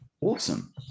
Awesome